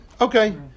okay